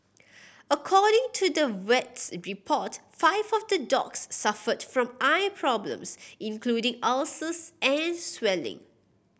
according to the vet's report five of the dogs suffered from eye problems including ulcers and swelling